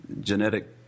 genetic